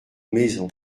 maison